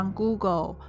Google